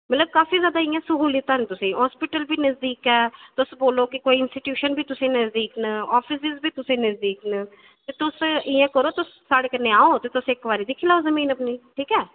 मतलब काफी जादा इंया सहूलियत न तुसेंगी हॉस्पिटल बी कोल ऐ कोई तुस बोल्लो कि इंस्टीट्यूशन बी तुसेंगी कोल न ऑफिस बी तुसेंगी कोल न ते तुस इंया करो की तुस साढ़े कोल आओ इक्क बारी ते दिक्खी लैओ आह्नियै